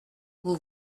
vous